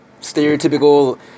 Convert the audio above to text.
stereotypical